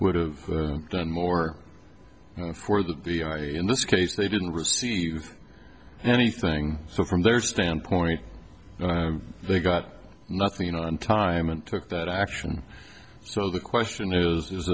would have done more for the b r d in this case they didn't receive anything so from their standpoint they got nothing on time and took that action so the question is is